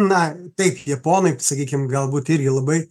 na taip japonai sakykim galbūt irgi labai